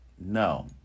no